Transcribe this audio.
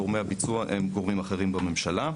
גורמי הביצוע הם גורמים אחרים בממשלה.